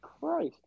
Christ